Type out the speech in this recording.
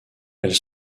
elles